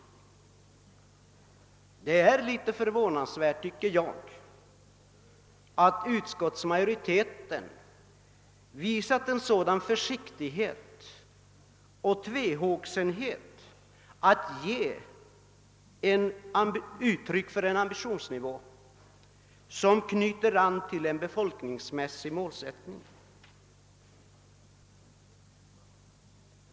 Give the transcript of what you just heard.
Jag tycker det är litet förvånande att utskottsmajoriteten har visat en sådan försiktighet och tvehågsenhet när det gällt att ge uttryck åt en ambitionsnivå som knyter an till en befolkningsmässig målsättning.